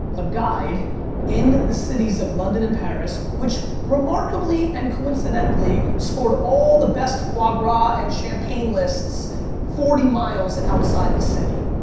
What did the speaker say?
a guide in the cities of london and paris which remarkably and coincidentally scored all the best foie gras and champagne lists forty miles outside the city,